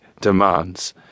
demands